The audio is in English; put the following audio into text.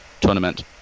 tournament